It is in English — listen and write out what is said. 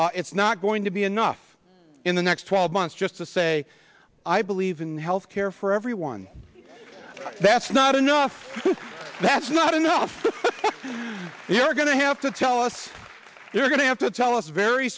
it's not going to be enough in the next twelve months just to say i believe in health care for everyone that's not enough that's not enough you're going to have to tell us you're going to have to tell us very